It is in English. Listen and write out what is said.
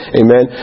amen